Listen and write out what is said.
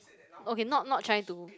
okay not not trying to